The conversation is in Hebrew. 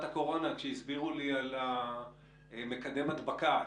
הקורונה כשהסבירו לי על מקדם ההדבקה,